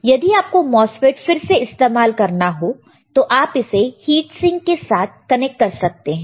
तो यदि आपको MOSFET फिर से इस्तेमाल करना हो तो आप इसे हिट सिंक के साथ कनेक्ट कर सकते हैं